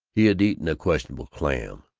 he had eaten a questionable clam.